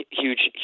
huge